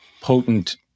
potent